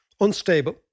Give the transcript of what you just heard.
Unstable